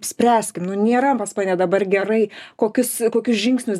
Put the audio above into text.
spręskim nu nėra pas mane dabar gerai kokius kokius žingsnius